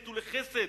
נטולי חסד,